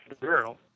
girl